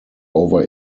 over